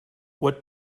what